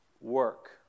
work